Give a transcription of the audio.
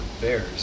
bears